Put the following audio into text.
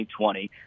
2020